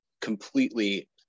completely